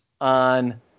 on